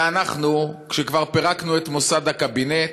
ואנחנו, כשכבר פירקנו את מוסד הקבינט,